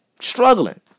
Struggling